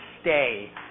stay